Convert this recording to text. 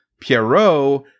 Pierrot